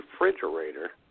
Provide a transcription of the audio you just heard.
refrigerator